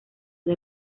del